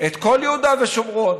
את כל יהודה ושומרון.